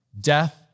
death